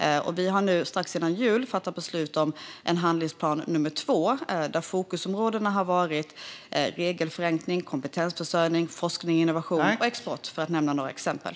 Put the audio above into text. Vi fattade strax före jul beslut om en handlingsplan nummer två, där fokusområdena har varit regelförenkling, kompetensförsörjning, forskning, innovation och export, för att nämna några exempel.